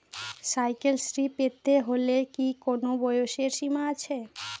Cycle শ্রী পেতে হলে কি কোনো বয়সের সীমা আছে?